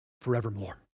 forevermore